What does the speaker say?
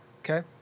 Okay